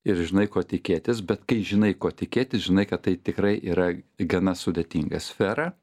ir žinai ko tikėtis bet kai žinai ko tikėtis žinai kad tai tikrai yra gana sudėtinga sfera